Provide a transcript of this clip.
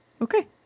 Okay